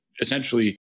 essentially